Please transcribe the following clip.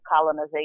colonization